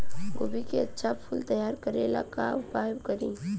गोभी के अच्छा फूल तैयार करे ला का उपाय करी?